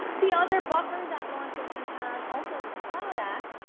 the other buffer that law enforcement has, also in the cloud act,